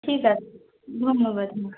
ঠিক আছে ধন্যবাদ